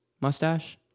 Mustache